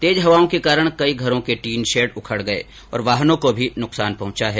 तेज हवाओं के कारण कई घरों के टीन शेड उड़ गये और वाहनों को भी नुकसान पहुंचा है